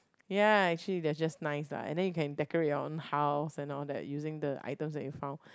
ya actually that just nice lah and then you can decorate your own house and all that using the item that you found